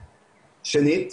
שנית,